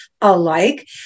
alike